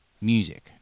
music